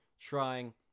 trying